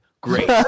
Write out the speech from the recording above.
great